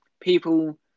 people